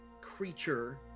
creature